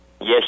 Yes